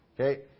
Okay